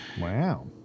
Wow